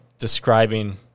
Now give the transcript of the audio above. describing